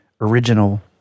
original